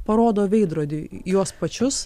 parodo veidrodį juos pačius